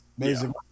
Amazing